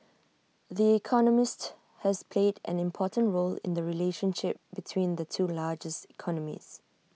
the economist has played an important role in the relationship between the two largest economies